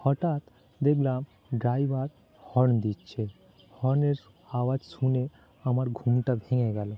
হঠাৎ দেখলাম driver horn দিচ্ছে হর্নের আওয়াজ শুনে আমার ঘুমটা ভেঙে গেলো